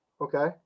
okay